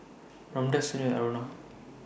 Ramdev Sunil Aruna